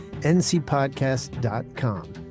ncpodcast.com